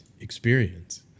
experience